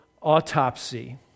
autopsy